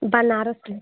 बनारस में